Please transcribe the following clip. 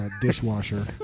dishwasher